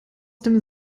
den